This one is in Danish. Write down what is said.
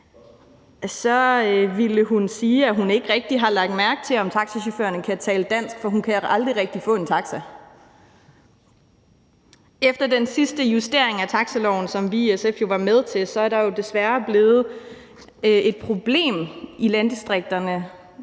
så ville hun sige, at hun ikke rigtig havde lagt mærke til, om taxachaufførerne kunne tale dansk, for hun kan aldrig rigtig få en taxa. Efter den sidste justering af taxaloven, som vi i SF jo var med til, er der jo desværre blevet et problem i landdistrikterne